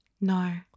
No